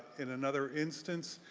in another instance,